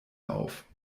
auf